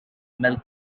milk